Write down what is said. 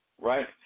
Right